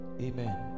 Amen